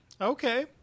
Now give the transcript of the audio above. Okay